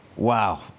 Wow